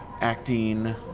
acting